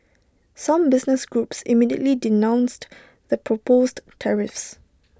some business groups immediately denounced the proposed tariffs